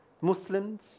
Muslims